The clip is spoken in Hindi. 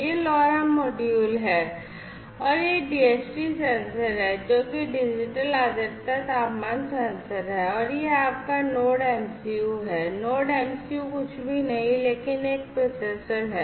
यह LoRa मॉड्यूल है और यह DHT सेंसर है जो की डिजिटल आर्द्रता तापमान सेंसर है और यह आपका Node MCU है Node MCU कुछ भी नहीं लेकिन एक प्रोसेसर है